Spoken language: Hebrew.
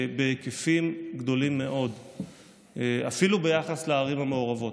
בהיקפים גדולים מאוד אפילו ביחס לערים המעורבות.